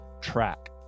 Track